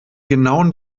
genauen